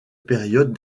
période